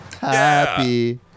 happy